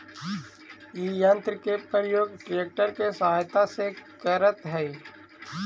इ यन्त्र के प्रयोग ट्रेक्टर के सहायता से करऽ हई